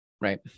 Right